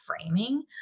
framing